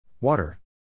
Water